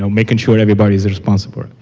so making sure everybody's responsible.